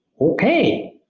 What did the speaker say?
okay